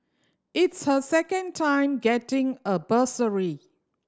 it's her second time getting a bursary